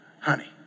Honey